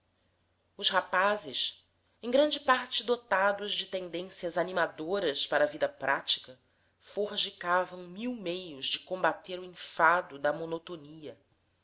os rapazes em grande parte dotados de tendências animadoras para a vida prática forjicavam mil meios de combater o enfado da monotonia